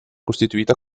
costituita